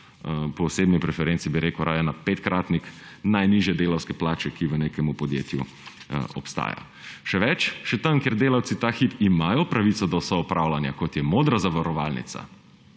osebni preferenci bi rekel raje na petkratnik najnižje delavske plače, ki v nekem podjetju obstaja. Še več, še tam, kjer delavci ta hip imajo pravico do soupravljanja, kot je Modra zavarovalnica,